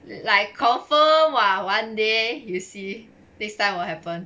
like confirm [what] one day you see next time will happen